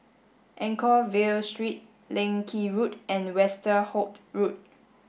Anchorvale Street Leng Kee Road and Westerhout Road